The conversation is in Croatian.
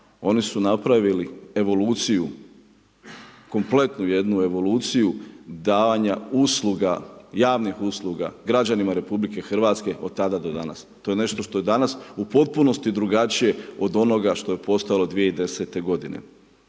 Oni su napravili evoluciju, kompletnu jednu evoluciju, davanja javnih usluga građanima RH, od tada do danas. To je nešto što je danas u potpunosti drugačije od onoga što je postalo 2010. g.